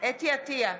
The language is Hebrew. חוה אתי עטייה,